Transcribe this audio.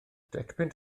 decpunt